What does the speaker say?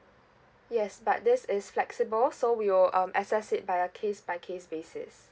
yes but this is flexible so we will um access it by a case by case basis